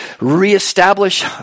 reestablish